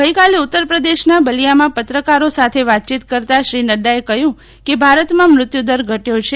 ગઈકાલે ઉત્તરપ્રદેશના બલિયામાં પત્રકારો સાથે વાતચીત કરતા શ્રી નક્રાએ કહ્યુંકે ભારતમાં મૃત્યુદર ઘટ્યો છે